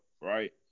right